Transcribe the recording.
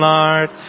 Lord